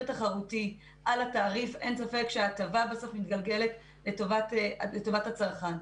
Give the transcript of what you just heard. תחרותי על התעריף אין ספק שההטבה מתגלגלת בסוף לטובת הצרכן.